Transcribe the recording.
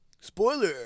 Spoiler